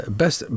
best